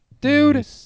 Dude